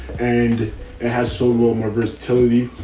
and it has so little more versatility.